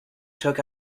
took